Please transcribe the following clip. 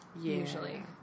Usually